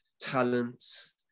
talents